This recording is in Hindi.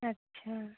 अच्छा